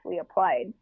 applied